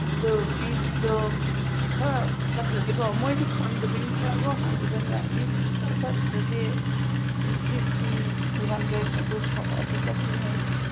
ꯑꯗꯨ ꯄꯤꯁꯇꯨ ꯈꯔ ꯐꯠꯇ꯭ꯔꯗꯤꯀꯣ ꯃꯣꯏꯁꯨ ꯈꯪꯗꯕꯅꯤꯅ ꯀꯣ ꯈꯪꯗꯕꯅꯤꯅ ꯄꯤꯁ ꯈ꯭ꯔ ꯐꯠꯇ꯭ꯔꯗꯤ ꯇꯨ ꯐꯤꯐꯇꯤ ꯇꯨ ꯍꯦꯟꯗ꯭ꯔꯦꯠ ꯑꯗꯨ ꯆꯠꯀꯅꯤ ꯍꯥꯏꯌꯦ